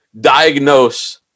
diagnose